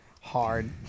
Hard